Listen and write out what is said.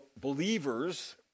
believers